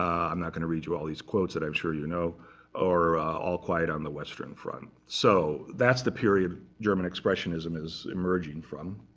um i'm not going to read you all these quotes that i'm sure you know or all quiet on the western front. so that's the period german expressionism is emerging from.